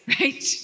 right